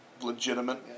legitimate